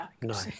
no